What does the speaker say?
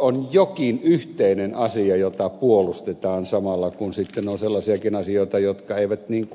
on jokin yhteinen asia jota puolustetaan samalla kun sitten on sellaisia asioita jotka eivät yhdistäkään